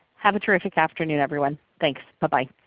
have a terrific afternoon, everyone. thanks. bye-bye.